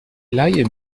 leih